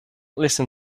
listen